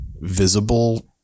visible